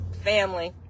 Family